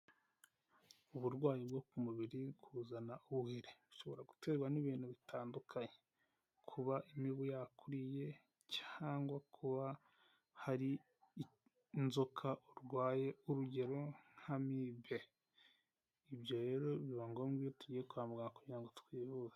Uburwayi bwo ku mubiri buzana ubuheri, bushobora guterwa n'ibintu bitandukanye, kuba imibu yakuriye cyangwa kuba hari inzoka urwaye, urugero nk'amibe, ibyo rero biba ngombwa iyo tugiye kwa muganga kugira ngo twihuse.